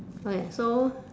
okay so